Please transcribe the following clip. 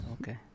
Okay